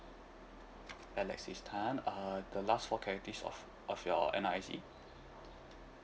alexis tan uh the last four characters of of your N_R_I_C